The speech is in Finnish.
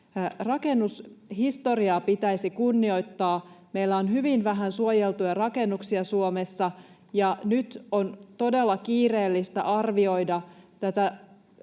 Rakennushistoriaa pitäisi kunnioittaa. Meillä on hyvin vähän suojeltuja rakennuksia Suomessa, ja nyt on todella kiireellistä arvioida tätä